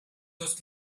those